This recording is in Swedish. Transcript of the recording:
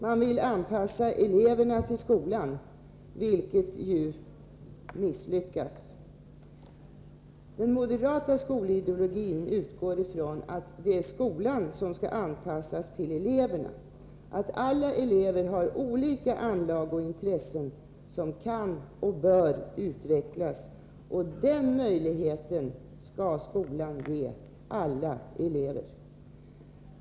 Man vill anpassa eleverna till skolan, vilket ju misslyckas. Den moderata skolideologin utgår ifrån att skolan skall anpassas till eleverna och att alla elever har olika anlag och intressen som kan och bör utvecklas. Den möjligheten skall skolan ge alla elever.